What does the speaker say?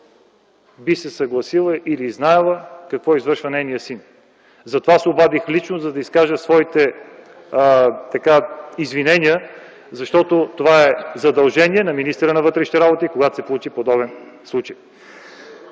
би се съгласила, ако е знаела какво извършва нейният син. Затова се обадих лично, за да изкажа своите извинения, защото това е задължение на министъра на вътрешните работи, когато се получи подобен случай.